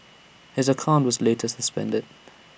his account was later suspended